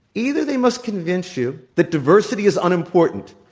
either they must convince you that diversity is unimportant,